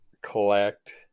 collect